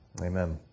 Amen